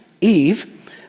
Eve